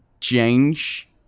change